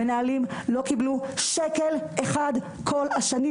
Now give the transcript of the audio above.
לא קיבלו שקל אחד כל השנים.